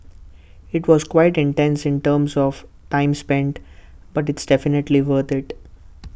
IT was quite intense in terms of time spent but it's definitely worth IT